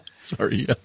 Sorry